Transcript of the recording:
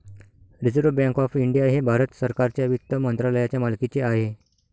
reserve bank of India हे भारत सरकारच्या वित्त मंत्रालयाच्या मालकीचे आहे